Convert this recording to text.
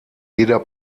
jeder